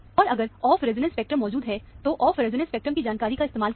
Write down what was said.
और अगर off resonance spectrum मौजूद है तो ऑफ रिजोनेंस स्पेक्ट्रम की जानकारी का इस्तेमाल करिए